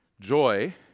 Joy